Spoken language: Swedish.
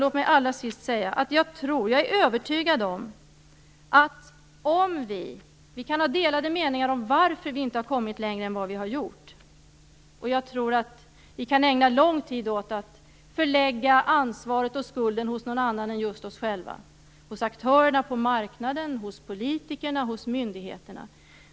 Låt mig allra sist säga att vi kan ha delade meningar om varför vi inte har kommit längre än vad vi har gjort, och vi kan ägna lång tid åt att förlägga ansvaret och skulden hos någon annan än just hos oss själva - på aktörerna, marknaden, politikerna eller myndigheterna.